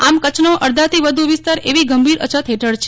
આમ કચ્છનો અડધાથી વધુ વિ સ્તાર એવી ગંભોર અછત હેઠળ છે